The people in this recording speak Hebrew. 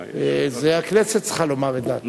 זו הכנסת צריכה לומר את דעתה.